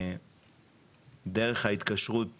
דרך ההתקשרות